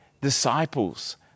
disciples